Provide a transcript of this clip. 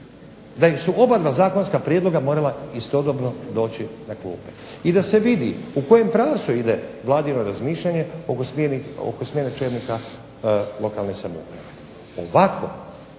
da su oba zakonska prijedloga morala istodobno doći na klupe i da se vidi u kojem pravcu ide vladino razmišljanje oko smjene čelnika lokalne samouprave. Ovako